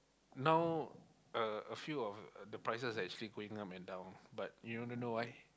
now a a few of uh the prices actually going up and down but you want to know why